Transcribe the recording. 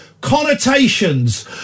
connotations